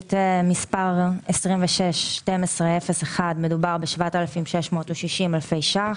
תוכנית מס' 261201 מדובר ב-7,660 אלפי ₪,